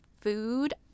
food